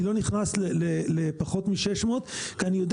אני לא נכנס לפחות מ-600 כי אני יודע